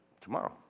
tomorrow